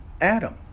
Adam